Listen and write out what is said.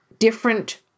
different